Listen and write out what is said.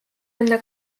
enne